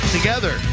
Together